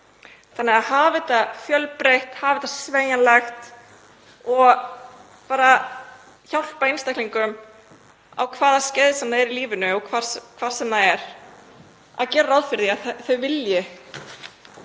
þarf að hafa þetta fjölbreytt, hafa þetta sveigjanlegt og hjálpa einstaklingum á hvaða skeiði sem þeir eru í lífinu og hvar sem þeir eru og gera ráð fyrir því að þeir vilji